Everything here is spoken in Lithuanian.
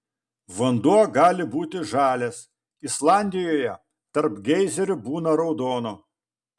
vanduo gali būti žalias islandijoje tarp geizerių būna raudono